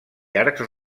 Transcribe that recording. arcs